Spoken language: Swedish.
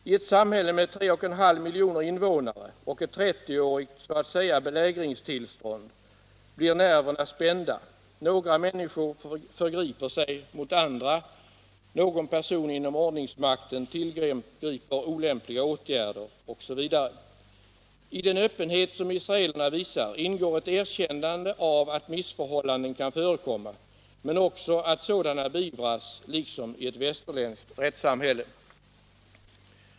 I ett samhälle med 3,5 miljoner invånare och, så att säga, ett 30-årigt belägringstillstånd blir nerverna spända, några människor förgriper sig mot andra, någon person inom ordningsmakten tillgriper olämpliga åtgärder osv. I den öppenhet som israelerna visar ingår ett erkännande av att missförhållanden kan förekomma men också att sådana beivras liksom i ett västerländskt rättssamhälle.